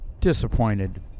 disappointed